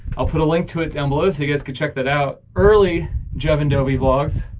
i'll put a link to it down below so you guys could check that out, early jevon dovey vlogs.